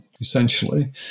essentially